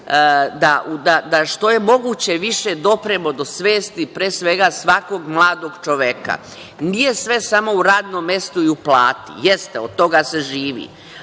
da što je moguće više dopremo do svesti, pre svega svakog mladog čoveka. Nije sve samo u radnom mestu i u plati. Jeste, od toga se živi,